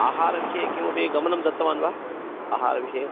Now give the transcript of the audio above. आहारविषये किमपि गमनं दत्तवान् वा आहारविषये